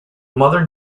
modern